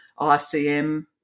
ICM